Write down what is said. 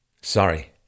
Sorry